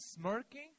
smirking